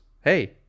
Hey